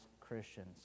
Christians